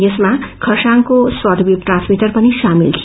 यसमा खरसाङको सटवेश ट्रान्समिटर पनि शामेल थियो